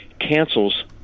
cancels